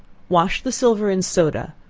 wash the silver in soda